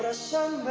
ah so